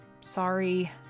Sorry